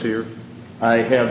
here i have